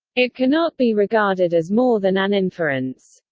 it cannot be regarded as more than an inference.